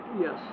Yes